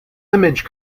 image